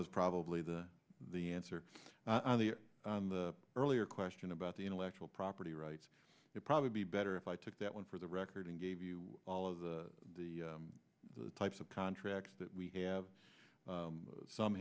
was probably the the answer on the on the earlier question about the intellectual property rights probably be better if i took that one for the record and gave you all of the the types of contracts that we have some